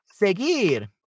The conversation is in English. seguir